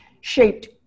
shaped